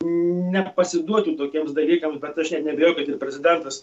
nepasiduotų tokiems dalykams bet aš neabejoju kad ir prezidentas